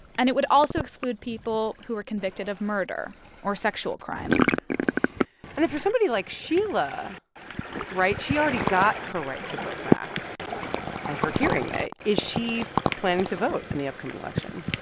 and it would also exclude people who were convicted of murder or sexual crimes and then for somebody like sheila right? she already got her right to vote back at her hearing. is she planning to vote in the upcoming election?